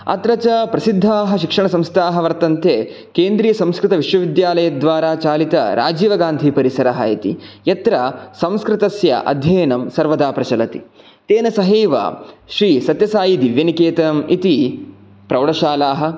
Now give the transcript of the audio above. अत्र च प्रसिद्धाः शिक्षणसंस्थाः वर्तन्ते केन्द्रीयसंस्कृतविश्वविद्यालयद्वारा चालितराजीवगान्धीपरिसरः इति यत्र संस्कृतस्य अध्ययनं सर्वदा प्रचलति तेन सहैव श्रीसत्यसायी दिव्यनिकेतनम् इति प्रौढशालाः